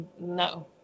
No